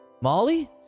Molly